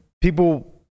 people